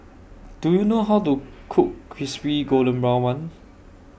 Do YOU know How to Cook Crispy Golden Brown Bun